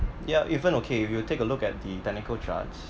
ya even okay you take a look at the technical charts